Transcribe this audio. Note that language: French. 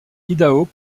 idaho